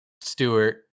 stewart